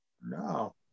No